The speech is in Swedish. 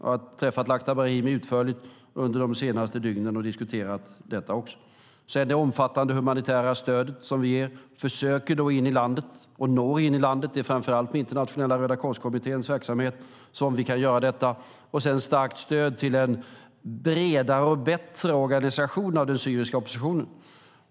Jag har träffat och diskuterat frågan utförligt med Lakhdar Brahimi de senaste dygnen. Vi försöker att få det omfattande humanitära stödet att nå in i landet. Det är framför allt genom Internationella Rödakorskommitténs verksamhet som vi kan göra detta. Sedan är det fråga om att ge starkt stöd till en bredare och bättre organisation av den syriska oppositionen.